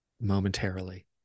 momentarily